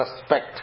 respect